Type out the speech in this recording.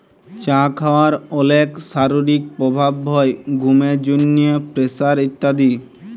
চা খাওয়ার অলেক শারীরিক প্রভাব হ্যয় ঘুমের জন্হে, প্রেসার ইত্যাদি